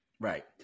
Right